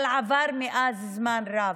אבל עבר מאז זמן רב.